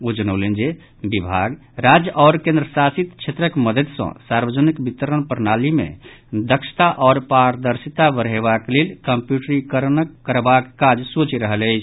ओ जनौलनि जे विभाग राज्य आओर केंद्रशासित क्षेत्रक मददि सॅ सार्वजनिक वितरण प्रणाली मे दक्षता आओर पारदर्शिता बढैयबाक लेल कंप्यूटरीकरण करबाक काज सोचि रहल अछि